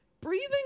breathing